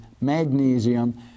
magnesium